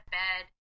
bed